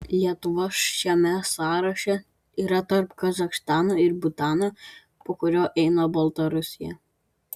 lietuva šiame sąraše yra tarp kazachstano ir butano po kurio eina baltarusija